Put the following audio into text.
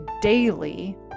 daily